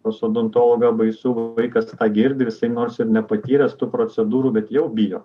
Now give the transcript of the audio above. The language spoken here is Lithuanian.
pas odontologą baisu vaikas girdi jisai nors ir nepatyręs tų procedūrų bet jau bijo